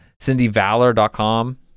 cindyvalor.com